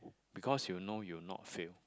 because you know you'll not fail